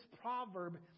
proverb